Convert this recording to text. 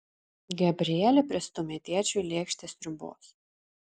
gabrielė pristūmė tėčiui lėkštę sriubos